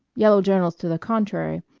yellow journals to the contrary,